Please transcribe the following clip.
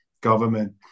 government